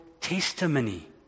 testimony